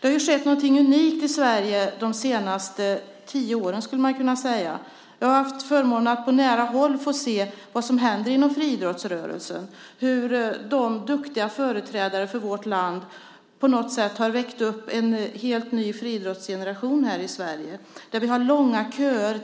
Det har ju skett någonting unikt i Sverige de senaste tio åren, skulle man kunna säga. Jag har haft förmånen att på nära håll få se vad som händer inom friidrottsrörelsen, hur de duktiga företrädarna för vårt land på något sätt har väckt upp en helt ny friidrottsgeneration här i Sverige - vi har långa köer